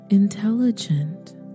Intelligent